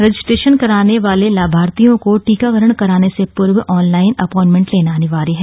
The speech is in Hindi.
रजिस्ट्रेशन कराने वाले लाभार्थियों को टीकाकरण कराने से पूर्व ऑनलाईन अपॉइंटमेंट लेना अनिवार्य है